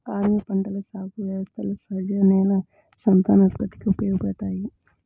ఆదిమ పంటల సాగు వ్యవస్థలు సహజ నేల సంతానోత్పత్తికి ఉపయోగపడతాయి